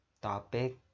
Topic